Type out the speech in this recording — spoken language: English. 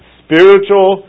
spiritual